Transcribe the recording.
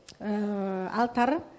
altar